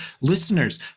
listeners